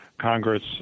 Congress